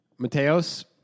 Mateos